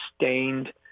sustained